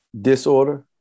disorder